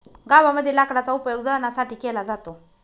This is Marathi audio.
गावामध्ये लाकडाचा उपयोग जळणासाठी केला जातो